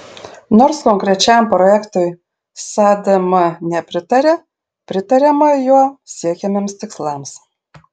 nors konkrečiam projektui sadm nepritaria pritariama juo siekiamiems tikslams